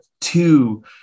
two